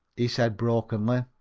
he said brokenly.